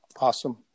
Awesome